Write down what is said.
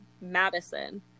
madison